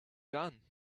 gun